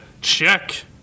Check